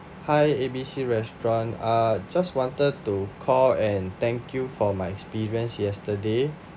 hi A B C restaurant uh just wanted to call and thank you for my experience yesterday